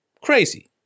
crazy